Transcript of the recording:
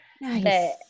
Nice